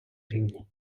рівні